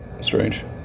Strange